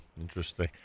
Interesting